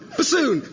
Bassoon